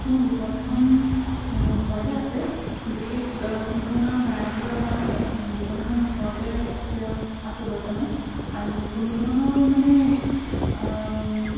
মোৰ বিপণীখন ঘৰতে আছে বিশেষ কোনো ধৰণৰ ভাড়াত লোৱা হোৱা নাই বিপণীখন ঘৰতে এতিয়া আছে বৰ্তমান আৰু কোনো ধৰণৰ মানে